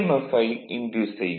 F I induce செய்யும்